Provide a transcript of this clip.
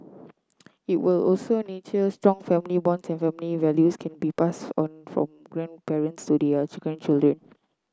it will also nurture strong family bonds and family values can be pass on from grandparents to their to grandchildren